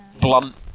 blunt